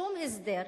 שום הסדר,